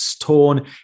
torn